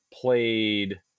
played